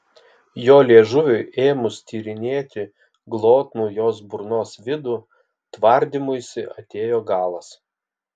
jo liežuviui ėmus tyrinėti glotnų jos burnos vidų tvardymuisi atėjo galas